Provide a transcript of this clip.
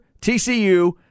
TCU